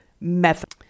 Method